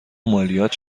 مالیات